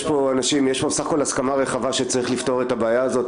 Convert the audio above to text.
יש פה הסכמה רחבה שצריך לפתור את הבעיה הזאת.